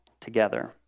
together